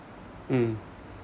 mm